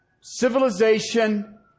civilization